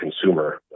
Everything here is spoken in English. consumer